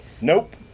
Nope